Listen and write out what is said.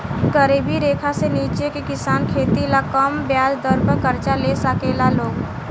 गरीबी रेखा से नीचे के किसान खेती ला कम ब्याज दर पर कर्जा ले साकेला लोग